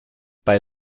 bei